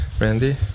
Randy